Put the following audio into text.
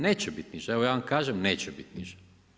Neće biti niža, evo ja vam kažem, neće biti niža.